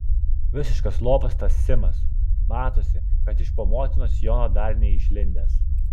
visiškas lopas tas simas matosi kad iš po motinos sijono dar neišlindęs